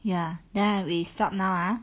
ya then we stop now ah